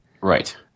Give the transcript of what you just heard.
right